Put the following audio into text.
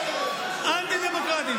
אתה מתערב.